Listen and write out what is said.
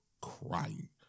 crying